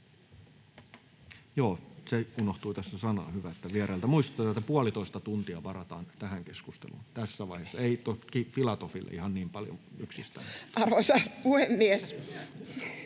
Se unohtui tässä sanoa — hyvä, että viereltä muistutetaan — että puolitoista tuntia varataan tähän keskusteluun tässä vaiheessa. Ei toki Filatoville ihan niin paljon yksistään. [Speech